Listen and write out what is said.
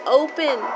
open